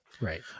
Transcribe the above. Right